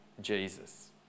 Jesus